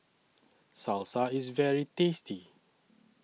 Salsa IS very tasty